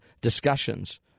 discussions